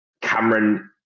Cameron